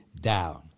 down